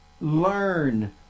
Learn